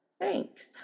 thanks